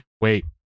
wait